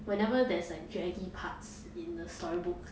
whenever there's like draggy parts in the storybook